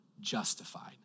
justified